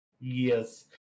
Yes